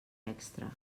extra